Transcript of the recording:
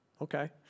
Okay